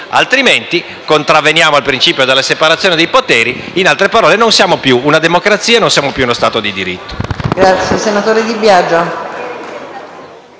altrimenti contravveniamo al principio della separazione dei poteri e, in altre parole, non siamo più una democrazia né uno Stato di diritto.